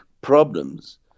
problems